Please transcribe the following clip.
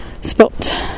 spot